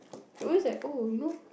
you are always like oh you know